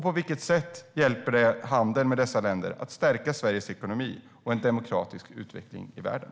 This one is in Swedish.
På vilket sätt hjälper handel med dessa länder till att stärka Sveriges ekonomi och en demokratisk utveckling i världen?